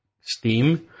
Steam